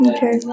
Okay